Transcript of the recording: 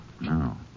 No